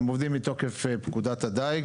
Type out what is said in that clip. הם עובדים מתוקף פקודת הדייג,